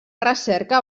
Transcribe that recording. recerca